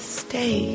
stay